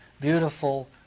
beautiful